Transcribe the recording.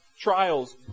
trials